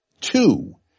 Two